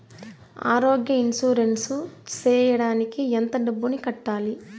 ఆరోగ్య ఇన్సూరెన్సు సేయడానికి ఎంత డబ్బుని కట్టాలి?